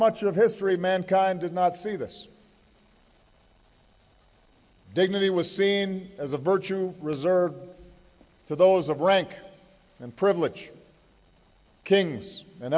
much of history mankind did not see this dignity was seen as a virtue reserved to those of rank and privilege kings and